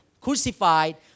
crucified